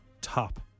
Top